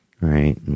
right